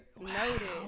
Noted